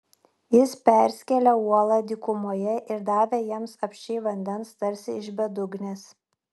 jis perskėlė uolą dykumoje ir davė jiems apsčiai vandens tarsi iš bedugnės